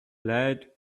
lead